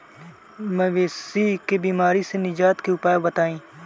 मवेशी के बिमारी से निजात के उपाय बताई?